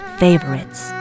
favorites